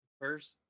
first